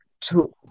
two